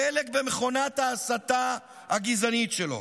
דלק במכונת ההסתה הגזענית שלו.